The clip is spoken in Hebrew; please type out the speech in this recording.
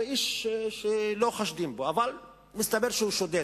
כלומר איש שלא חושדים בו, אבל מסתבר שהוא שודד.